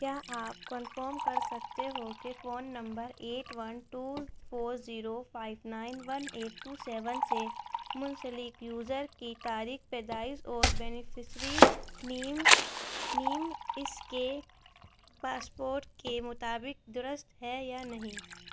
کیا آپ کنفرم کر سکتے ہو کہ phone number eight one two four zero five nine one eight two seven سے منسلک یوزر کی تاریخ پیدائش اور بینیفشری نیم نیم اس کے پاسپورٹ کے مطابق درست ہے یا نہیں